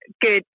good